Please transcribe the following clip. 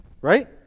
Right